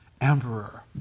emperor